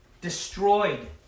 destroyed